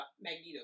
Magneto